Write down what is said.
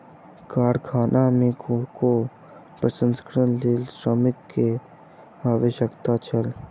कारखाना में कोको प्रसंस्करणक लेल श्रमिक के आवश्यकता छल